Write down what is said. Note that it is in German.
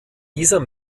dieser